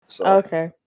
Okay